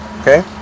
Okay